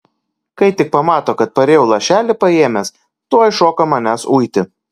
kai tik pamato kad parėjau lašelį paėmęs tuoj šoka manęs uiti